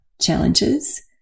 challenges